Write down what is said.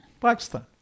Pakistan